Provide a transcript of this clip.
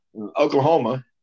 Oklahoma